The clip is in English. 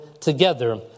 together